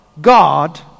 God